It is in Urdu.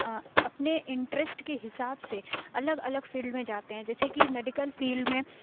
اپنے انٹریسٹ کے حساب سے الگ الگ فیلڈ میں جاتے ہیں جیسے کہ میڈیکل فیلڈ میں